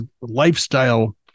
lifestyle